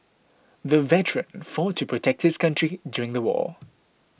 the veteran fought to protect his country during the war